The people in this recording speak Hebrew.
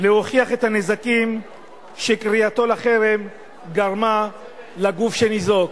להוכיח את הנזקים שקריאתו לחרם גרמה לגוף שניזוק.